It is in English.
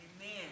Amen